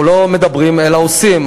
אנחנו לא מדברים אלא עושים.